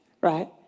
right